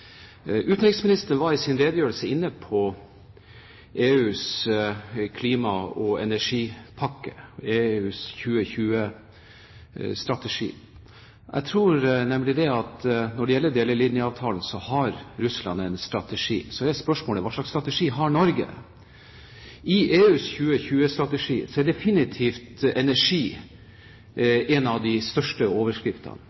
Utenriksministeren var i sin redegjørelse inne på EUs klima- og energipakke, EUs 2020-strategi. Jeg tror nemlig at når det gjelder delelinjeavtalen, har Russland en strategi. Så er spørsmålet: Hva slags strategi har Norge? I EUs 2020-strategi er energi definitivt